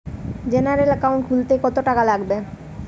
General account খুলতে কত টাকা লাগবে?